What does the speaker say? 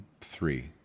three